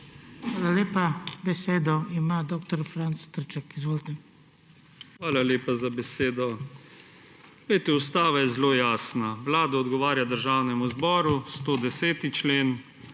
Hvala lepa za besedo. Ustava je zelo jasna. Vlada odgovarja državnemu zboru, 110. člen,